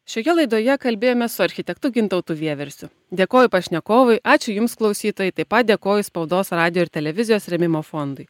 šioje laidoje kalbėjome su architektu gintautu vieversiu dėkoju pašnekovui ačiū jums klausytojai taip pat dėkoju spaudos radijo ir televizijos rėmimo fondui